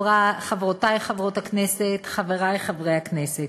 חברותי חברות הכנסת, חברי חברי הכנסת,